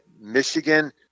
Michigan